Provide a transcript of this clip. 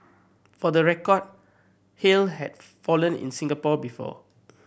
for the record hail have fallen in Singapore before